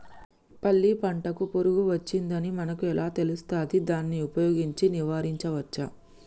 పల్లి పంటకు పురుగు వచ్చిందని మనకు ఎలా తెలుస్తది దాన్ని ఉపయోగించి నివారించవచ్చా?